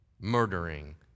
murdering